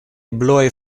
bluaj